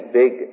big